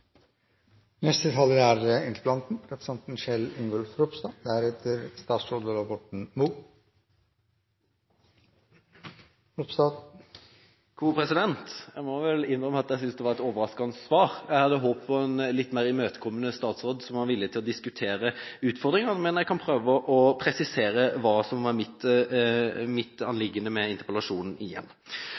Jeg må vel innrømme at jeg synes dette var et litt overraskende svar. Jeg hadde håpet på en litt mer imøtekommende statsråd, som var villig til å diskutere utfordringene. Men jeg kan igjen prøve å presisere hva som var mitt anliggende med interpellasjonen.